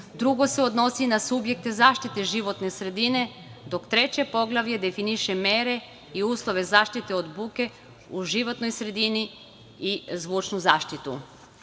drugo se odnosi na subjekte zaštite životne sredine, dok treće poglavlje definiše mere i uslove zaštite od buke u životnoj sredini i zvučnu zaštitu.